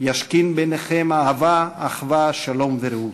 ישכין ביניכם אהבה, אחווה שלום ורעות.